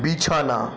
বিছানা